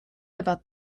about